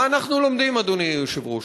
מה אנחנו לומדים, אדוני היושב-ראש?